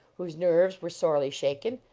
whose nerves were sorely shaken.